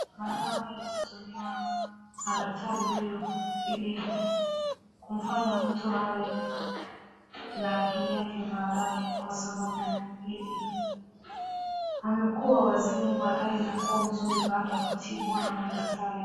Madawa haya yanatumiwa na daktari huyu ili kumfanya mtu awe na akili yake baadae, kwa sababu amekuwa wazimu baadae na kuwa mzuri baada ya kutibiwa na huyu daktari.